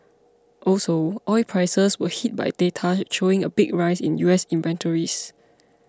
also oil prices were hit by data showing a big rise in U S inventories